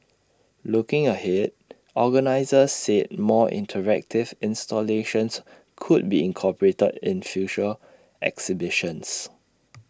looking ahead organisers said more interactive installations could be incorporated in future exhibitions